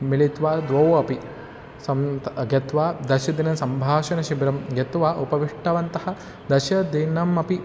मिलित्वा द्वौ अपि सं त गत्वा दशदिनसम्भाषणशिबिरं गत्वा उपविष्टवन्तः दशदिनमपि